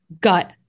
gut